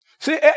See